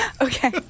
Okay